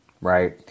Right